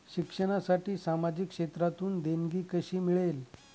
शिक्षणासाठी सामाजिक क्षेत्रातून देणगी कशी मिळेल?